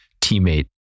teammate